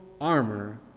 armor